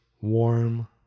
warm